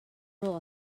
rule